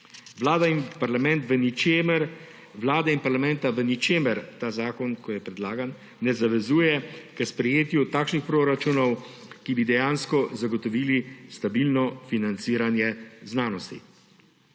Vlade in parlamenta v ničemer ta zakon, ki je predlagan, ne zavezuje k sprejetju takšnih proračunov, ki bi dejansko zagotovili stabilno financiranje znanosti.